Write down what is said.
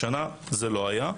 השנה זה לא היה.